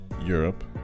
Europe